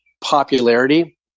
popularity